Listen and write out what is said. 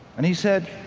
and he said,